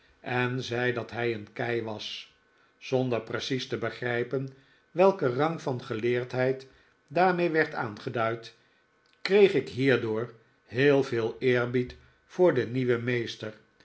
en zei dat hij een kei was zonder precies te begrijpen welke rang van geleerdheid daarmee werd aangeduid kreeg ik hierdopr heel veel eerbied voor den nieuwen meester